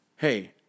Hey